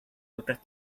otras